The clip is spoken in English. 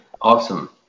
Awesome